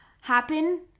happen